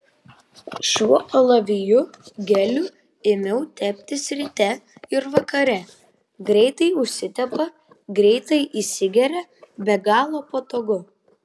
šiuo alavijų geliu ėmiau teptis ryte ir vakare greitai užsitepa greitai įsigeria be galo patogu